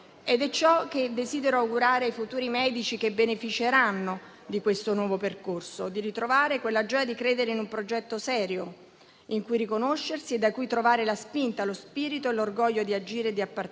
Ed è ciò che desidero augurare ai futuri medici che beneficeranno di questo nuovo percorso: ritrovare quella gioia di credere in un progetto serio in cui riconoscersi e da cui trarre la spinta, lo spirito e l'orgoglio di agire e di appartenere,